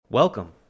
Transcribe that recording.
Welcome